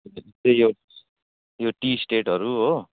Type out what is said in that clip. ए यो यो टी स्टेटहरू हो